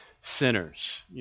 sinners